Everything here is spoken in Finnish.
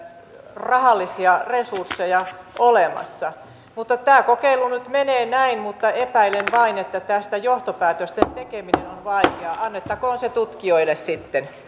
rahallisia resursseja olemassa tämä kokeilu nyt menee näin mutta epäilen vain että tästä johtopäätösten tekeminen on vaikeaa annettakoon se tutkijoille sitten